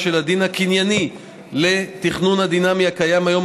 של הדין הקנייני לתכנון הדינמי הקיים היום,